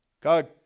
God